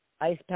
ice